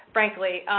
frankly,